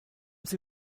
sie